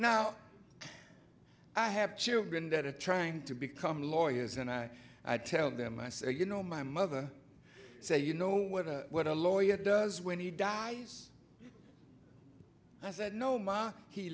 now i have children that are trying to become lawyers and i tell them i say you know my mother say you know what a lawyer does when he dies i said no ma he